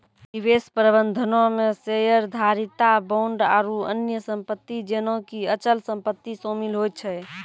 निवेश प्रबंधनो मे शेयरधारिता, बांड आरु अन्य सम्पति जेना कि अचल सम्पति शामिल होय छै